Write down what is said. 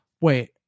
wait